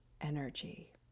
energy